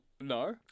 No